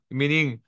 meaning